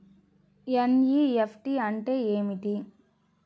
NEFT అంటే ఏమిటీ?